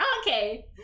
okay